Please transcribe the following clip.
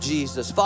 Jesus